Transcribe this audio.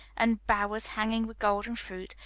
and bowers hanging with golden fruit,